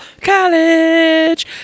college